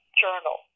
journal